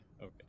Okay